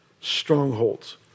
strongholds